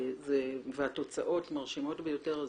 והתוצאות מרשימות ביותר.